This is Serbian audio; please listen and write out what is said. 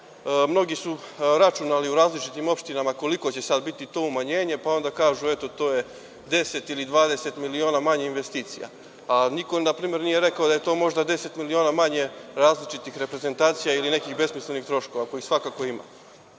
mnogi su računali u različitim opštinama koliko će sada biti to umanjenje, pa onda kažu – eto, to je deset, dvadeset miliona manje investicija. Niko nije rekao da je to možda deset miliona manje različitih reprezentacija ili nekih besmislenih troškova, kojih svakako ima.